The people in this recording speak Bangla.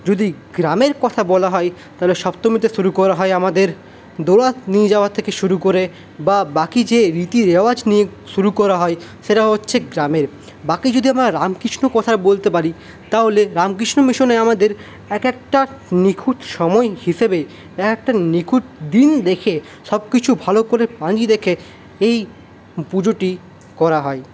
যদি গ্রামের কথা বলা হয় তাহলে সপ্তমীতে শুরু করা হয় আমাদের দোলা নিয়ে যাওয়া থেকে শুরু করে বা বাকি যে রীতি রেওয়াজ নিয়ে শুরু করা হয় সেটা হচ্ছে গ্রামের বাকি যদি আমরা রামকৃষ্ণ কথায় বলতে পারি তাহলে রামকৃষ্ণ মিশনে আমাদের এক একটা নিখুঁত সময় হিসেবে এক একটা নিখুঁত দিন দেখে সবকিছু ভালো করে পাঁজি দেখে এই পুজোটি করা হয়